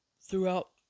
throughout